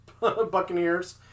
Buccaneers